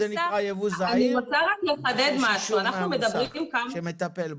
ייבוא זה נקרא ייבוא זעיר משום שהוא מהמוסך שמטפל בו.